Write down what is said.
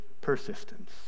persistence